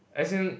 as in